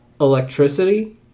Electricity